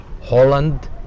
holland